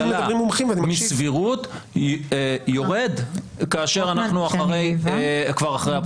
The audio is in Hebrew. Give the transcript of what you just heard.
מסבירות יורד כאשר אנחנו כבר אחרי הבחירות.